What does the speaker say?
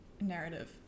narrative